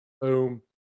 Boom